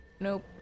Nope